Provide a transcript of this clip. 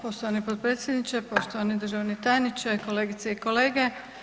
Poštovani potpredsjedniče, poštovani državni tajniče, kolegice i kolege.